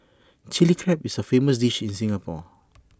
Chilli Crab is A famous dish in Singapore